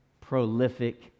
prolific